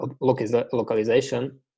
localization